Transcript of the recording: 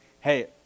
hey